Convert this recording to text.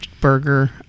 burger